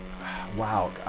wow